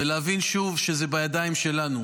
ולהבין שוב שזה בידיים שלנו.